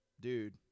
dude